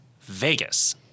Vegas